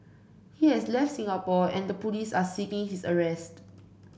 he has left Singapore and the police are seeking his arrest